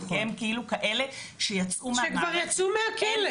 כי הם כאלה שיצאו מהמערכת,